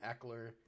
Eckler